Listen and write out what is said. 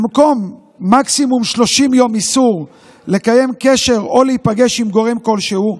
במקום מקסימום 30 יום איסור לקיים קשר או להיפגש עם גורם כלשהו,